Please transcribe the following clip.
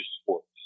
sports